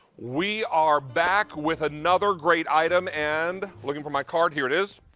we are back with another great item and looking for my card, here it is.